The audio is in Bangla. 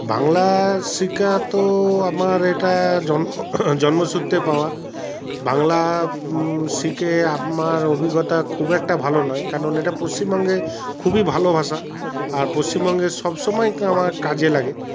বাংলা শেখা তো আমার এটা জন্ম জন্মসূত্রে পাওয়া বাংলা শিখে আমার অভিজ্ঞতা খুব একটা ভালো নয় কেন না এটা পশ্চিমবঙ্গে খুবই ভালো ভাষা আর পশ্চিমবঙ্গে সবসময় আমার কাজে লাগে